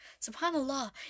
SubhanAllah